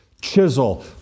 chisel